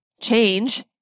change